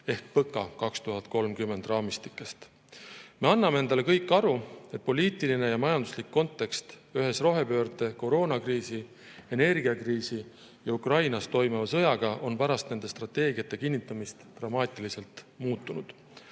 ehk "PõKa 2030" raamistikest. Me anname endale kõik aru, et poliitiline ja majanduslik kontekst ühes rohepöörde, koroonakriisi, energiakriisi ja Ukrainas toimuva sõjaga on pärast nende strateegiate kinnitamist dramaatiliselt muutunud.